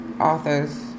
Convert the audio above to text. authors